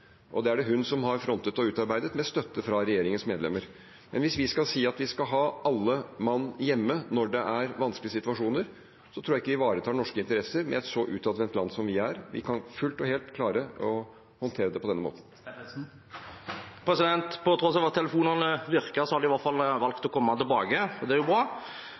og energiministeren i spissen. Det er det hun som har frontet og utarbeidet, med støtte fra regjeringens medlemmer. Hvis vi skal si at vi skal ha alle mann hjemme når det er vanskelige situasjoner, tror jeg ikke vi ivaretar norske interesser, med et så utadvendt land som vi er. Vi kan fullt og helt klare å håndtere det på denne måten. Roy Steffensen – til oppfølgingsspørsmål. På tross av at telefonene virker, har de i hvert fall valgt å komme tilbake. Det er jo bra.